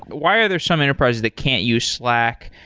why are there some enterprise that can't use slack?